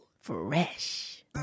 Fresh